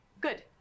Good